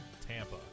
TAMPA